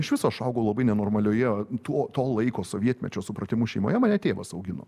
iš viso aš augau labai nenormalioje tuo to laiko sovietmečio supratimu šeimoje mane tėvas augino